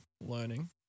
learning